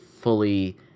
fully